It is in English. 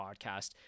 podcast